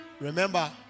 Remember